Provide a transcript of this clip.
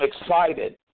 excited